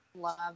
Love